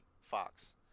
Fox